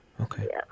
okay